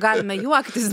galime juoktis